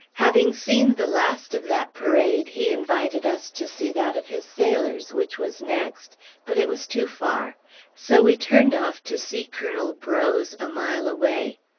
having seen the last of that parade, he invited us to see that of his sailors, which was next but it was too far so we turned off to see colonel breaux's, a mile away.